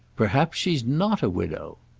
perhaps she's not a widow.